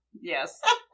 Yes